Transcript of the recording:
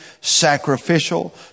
sacrificial